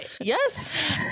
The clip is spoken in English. yes